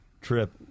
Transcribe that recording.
trip